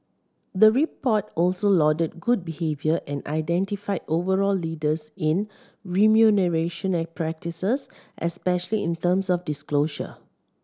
the report also lauded good behaviour and identified overall leaders in remuneration practices especially in terms of disclosure